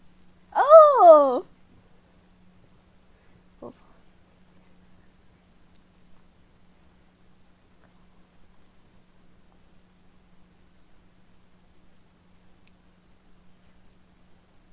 oh